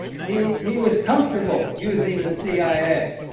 he he was comfortable using the cia.